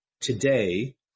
today